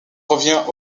revient